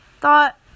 thought